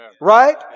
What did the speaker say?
Right